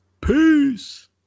Peace